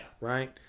Right